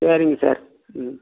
சரிங்க சார் ம்